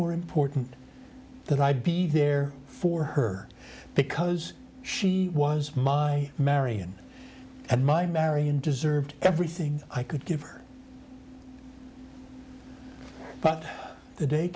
more important that i be there for her because she was my marian and my marian deserved everything i could give her but the day